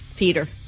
Peter